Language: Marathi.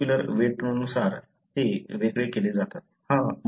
मॉलिक्युलर वेटनुसार ते वेगळे केले जातात